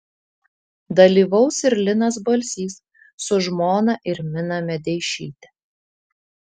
dalyvaus ir linas balsys su žmona irmina medeišyte